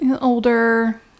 older